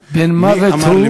מיעוט,